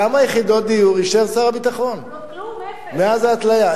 כמה יחידות דיור אישר שר הביטחון מאז ההתליה?